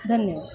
धन्यवाद